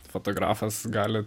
fotografas gali